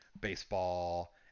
baseball